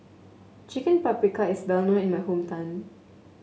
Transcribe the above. Chicken Paprikas is well known in my hometown